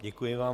Děkuji vám.